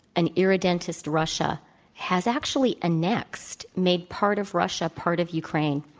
an irredentist russia has actually annexed, made part of russia part of ukraine.